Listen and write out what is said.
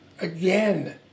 Again